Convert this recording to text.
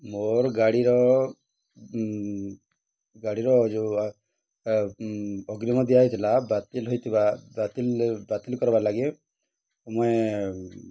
ମୋର ଗାଡ଼ିର ଗାଡ଼ିର ଯେଉଁ ଅଗ୍ରିମ ଦିଆ ହେଇଥିଲା ବାତିଲ ହୋଇଥିବା ବାତିଲ ବାତିଲ କର୍ବାର୍ ଲାଗି ମୁଇଁ